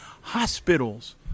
Hospitals